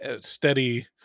steady